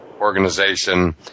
organization